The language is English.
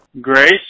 Grace